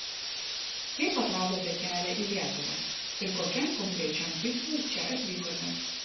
kaip atradote kelią į lietuvą ir kokiam konkrečiam tikslui čia atvykote